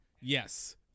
yes